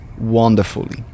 wonderfully